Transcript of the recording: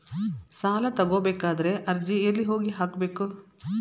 ಸಾಲ ತಗೋಬೇಕಾದ್ರೆ ಅರ್ಜಿ ಎಲ್ಲಿ ಹೋಗಿ ಹಾಕಬೇಕು?